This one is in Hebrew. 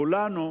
כולנו,